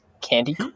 Candy